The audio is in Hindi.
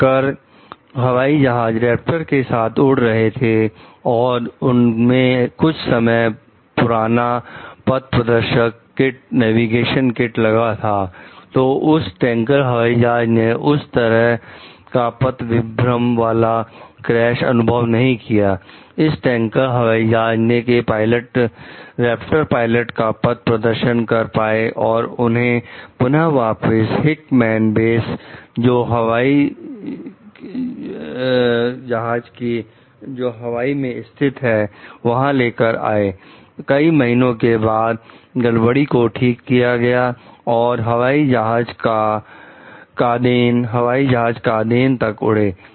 टैंकर हवाई जहाज रैपटर के साथ उड़ रहे थे और उनमें कुछ समय पुराना पथ प्रदर्शक किट तक उड़े